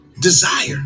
desire